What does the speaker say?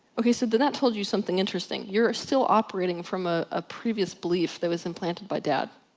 ok, so then that told you something interesting. you are still operating from a ah previous belief that was implanted by dad.